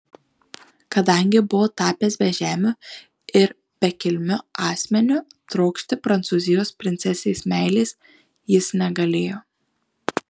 kadangi buvo tapęs bežemiu ir bekilmiu asmeniu trokšti prancūzijos princesės meilės jis negalėjo